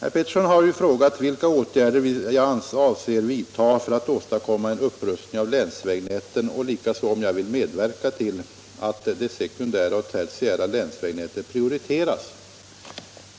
Herr Petersson har ju frågat vilka åtgärder jag avser vidta för att åstadkomma en upprustning av länsvägnätet och om jag vill medverka till att de sekundära och tertiära länsvägarna prioriteras.